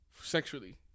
sexually